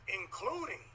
including